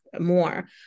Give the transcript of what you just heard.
more